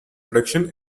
production